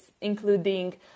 including